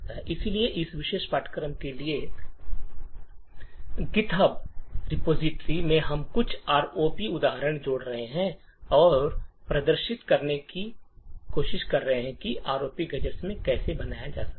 इसलिए इस विशेष पाठ्यक्रम के लिए गिथब रेपो में हम कुछ आरओपी उदाहरण जोड़ रहे हैं और प्रदर्शित करेंगे कि आरओपी गैजेट कैसे बनाए जा सकते हैं